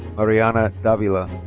mariana davila.